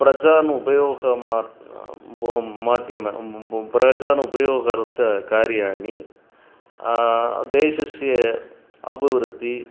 प्रजानुपयोगार्थं मोम् माध्यमेन मोम् प्रजानुपयोगर्थं कार्याणि देशस्य अभिवृद्धिः